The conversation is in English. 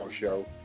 show